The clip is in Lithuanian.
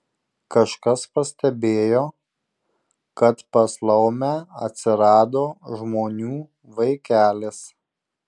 kažkas pastebėjo kad pas laumę atsirado žmonių vaikelis